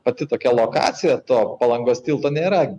pati tokia lokacija to palangos tilto nėra